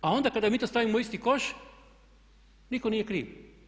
A onda kada mi to stavimo u isti koš nitko nije kriv.